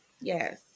Yes